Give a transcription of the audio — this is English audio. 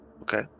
okay